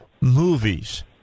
movies